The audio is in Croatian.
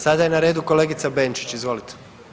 Sada je na redu kolegica Benčić, izvolite.